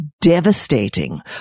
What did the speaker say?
devastating